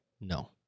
No